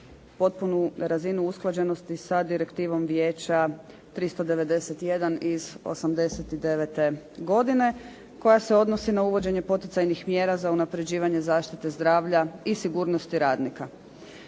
potpunu razinu usklađenosti sa Direktivom vijeća 391 iz '89. godine koja se odnosi na uvođenje poticajnih mjera za unapređivanje zaštite zdravlja i sigurnosti rada.